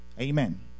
amen